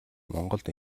монголд